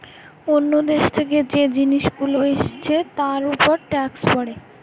অন্য দেশ থেকে যে জিনিস গুলো এসছে তার উপর ট্যাক্স পড়ে